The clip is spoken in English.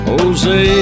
Jose